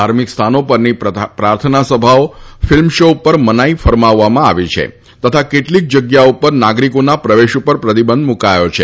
ધાર્મિક સ્થાનો પરની પ્રાર્થના સભાઓ ફિલ્મ શો ઉપર મનાઈ ફરમાવી છે તથા કેટલીક જગ્યાઓ ઉપર નાગરિકોના પ્રવેશ ઉપર પ્રતિબંધ મૂક્યો છે